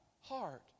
heart